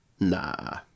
nah